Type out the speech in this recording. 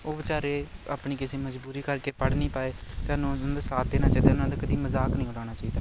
ਉਹ ਬੇਚਾਰੇ ਆਪਣੀ ਕਿਸੇ ਮਜ਼ਬੂਰੀ ਕਰਕੇ ਪੜ੍ਹ ਨਹੀਂ ਪਾਏ ਅਤੇ ਸਾਥ ਦੇਣਾ ਚਾਹੀਦਾ ਉਹਨਾਂ ਦਾ ਕਦੀ ਮਜ਼ਾਕ ਨਹੀਂ ਉਡਾਉਣਾ ਚਾਹੀਦਾ